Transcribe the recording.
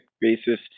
basis